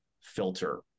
filter